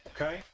Okay